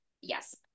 yes